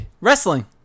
wrestling